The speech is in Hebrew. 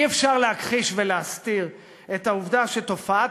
אי-אפשר להכחיש ולהסתיר את העובדה שתופעת